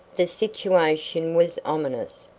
the situation was ominous.